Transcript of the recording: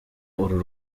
uru